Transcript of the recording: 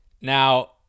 now